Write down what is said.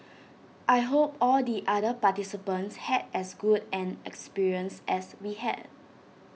I hope all the other participants had as good an experience as we had